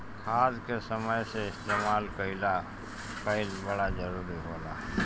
खाद के समय से इस्तेमाल कइल बड़ा जरूरी होला